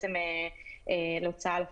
לפועל.